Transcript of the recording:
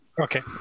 Okay